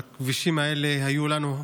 בכבישים האלה היו לנו,